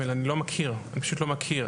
אני לא מכיר, פשוט לא מכיר.